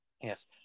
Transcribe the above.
Yes